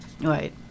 Right